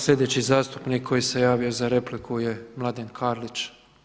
Sljedeći zastupnik koji se javio za repliku je Mladen Karlić.